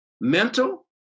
Mental